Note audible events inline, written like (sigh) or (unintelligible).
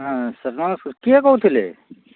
ହଁ (unintelligible) କିଏ କହୁଥିଲେ